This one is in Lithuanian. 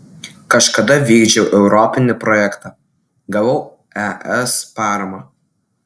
kažkada vykdžiau europinį projektą gavau es paramą